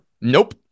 Nope